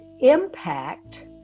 impact